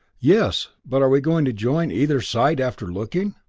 yes but are we going to join either side after looking?